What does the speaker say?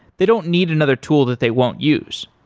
they don't need another tool that they won't use.